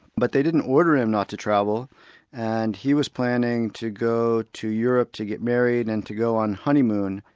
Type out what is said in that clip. but they didn't order him not to travel and he was planning to go to europe to get married and to go on honeymoon,